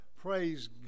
Praise